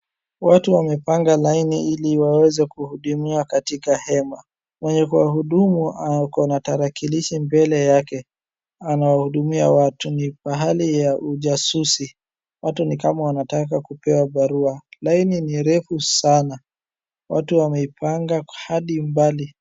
Watu wamepanga laini ili waweze kuhudumiwa katika hema. Mwenye kuhudumu ana tarakilishi mbele yake. Anawahudumia watu ni pahali ya ujasusi. Watu ni kama wanataka kupewa barua. Laini ni refu sana. Watu wameipanga hadi mbali.